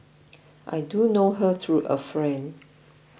I do know her through a friend